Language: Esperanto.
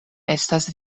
estas